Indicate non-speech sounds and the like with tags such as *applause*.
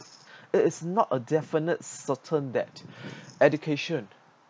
it is not a definite certain that *breath* education